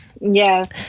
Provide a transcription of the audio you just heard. Yes